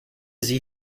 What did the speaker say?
sie